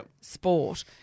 sport